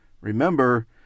Remember